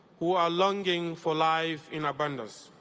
who are longing for life in abundance?